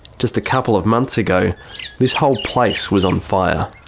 just a couple of months ago this whole place was on fire.